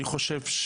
אני חושב,